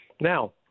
Now